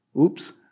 Oops